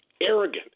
arrogant